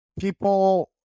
people